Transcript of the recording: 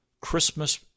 Christmas